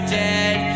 dead